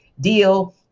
deal